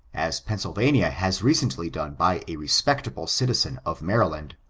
as pennsylvania has recently done by a respectable citizen of maryland.